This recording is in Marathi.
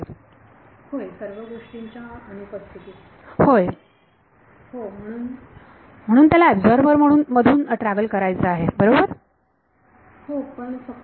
विद्यार्थी होय सर्व गोष्टींच्या अनुपस्थितीमध्ये होय विद्यार्थी हो म्हणून त्याला एबझॉर्बरमधून ट्रॅव्हल करायचं आहे बरोबर विद्यार्थी हो पण फक्त